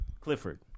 Clifford